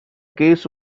case